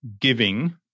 giving